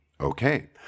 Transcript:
Okay